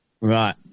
Right